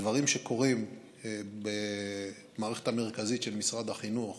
דברים שקורים במערכת המרכזית של משרד החינוך,